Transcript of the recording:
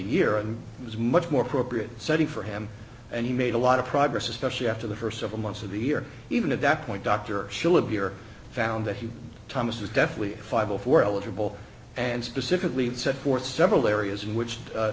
year and it was much more appropriate setting for him and he made a lot of progress especially after the first several months of the year even adapt point dr shillabeer found that he thomas was definitely a five before eligible and specifically set forth several areas in which